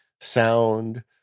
sound